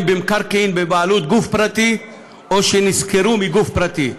במקרקעין בבעלות גוף פרטי או שנשכרו מגוף פרטי.